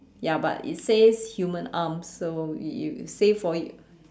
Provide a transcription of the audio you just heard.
ya but it says human arms so we w~ say for it